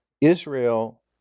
Israel